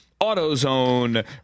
AutoZone